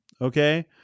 okay